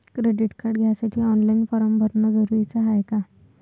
Credit card घ्यासाठी online form भरन जरुरीच हाय का?